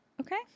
Okay